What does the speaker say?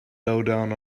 lowdown